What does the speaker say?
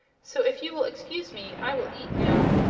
so if you will excuse me i will eat now.